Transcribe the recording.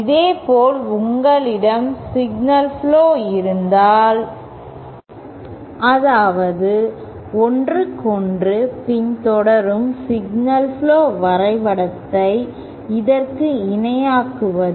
இதேபோல் உங்களிடம் signal flow இருந்தால் அதாவது ஒன்றுக்கொன்று பின்தொடரும் சிக்னல் புளோ வரைபடத்தை இதற்கு இணையாக்குவது